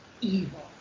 evil